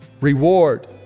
reward